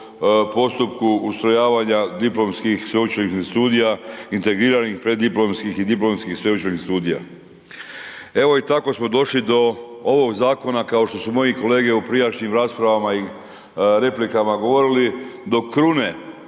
postupku ustrojavanja diplomskih sveučilišnih studija, integriranih preddiplomskih i diplomskih sveučilišnih studija. Evo i tako smo došli do ovog zakona kao što su moji kolege u prijašnjim raspravama i replikama govorili, do krune